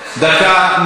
נא לדייק.